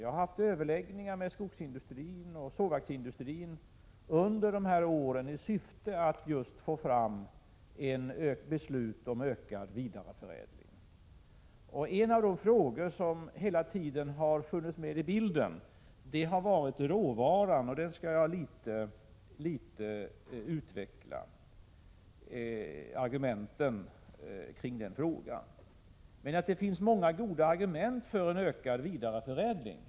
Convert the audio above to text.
Jag har haft överläggningar med skogsindustrin och sågverksindustrin under de här åren, just i syfte att få fram beslut om ökad vidareförädling. En av de frågor som hela tiden funnits med i bilden har gällt råvaran, och jag skall litet grand utveckla argumenten kring den frågan. Det finns många goda argument för en ökad vidareförädling.